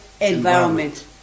Environment